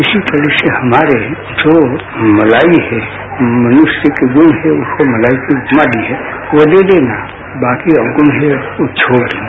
इसी तरह से हमारे जो मलाई है मनुष्य के गुण हैं उसको मलाई की उपमा दी है वो ले लेना बाकि अवगुण है वो छोड़ देना